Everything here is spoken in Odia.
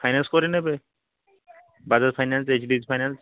ଫାଇନାନ୍ସ କରିନେବେ Bajaj finance H D F C finance